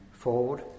forward